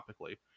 topically